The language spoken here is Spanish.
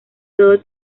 todo